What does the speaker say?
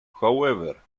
however